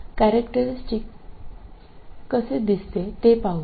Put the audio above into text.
तर आता हे कॅरेक्टरीस्टिक कसे दिसते ते पाहूया